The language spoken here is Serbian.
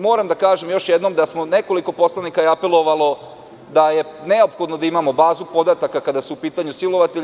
Moram da kažem još jednom da je nekoliko poslanika apelovalo da je neophodno da imamo bazu podataka kada su u pitanju silovatelji.